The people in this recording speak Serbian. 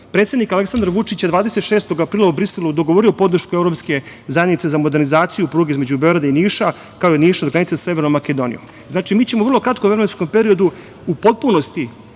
granice. Predsednik Aleksandar Vučić je 26. aprila u Briselu dogovorio podršku Evropske zajednice za modernizaciju pruge između Beograda i Niša, kao i od Niša do granice sa Severnom Makedonijom. Znači, mi ćemo u vrlo kratkom vremenskom periodu u potpunosti